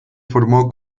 formó